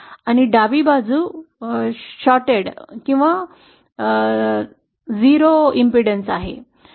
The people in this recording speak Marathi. आणि डावी बाजू लहान किंवा 0 प्रतिबाधा आहे